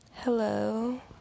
Hello